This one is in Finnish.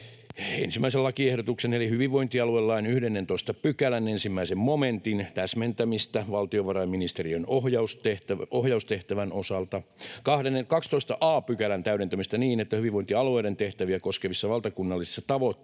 koskevat 1. lakiehdotuksen eli hyvinvointialuelain 11 §:n 1 momentin täsmentämistä valtiovarainministeriön ohjaustehtävän osalta, 12 a §:n täydentämistä niin, että hyvinvointialueiden tehtäviä koskevissa valtakunnallisissa tavoitteissa